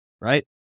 Right